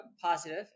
positive